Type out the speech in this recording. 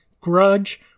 Grudge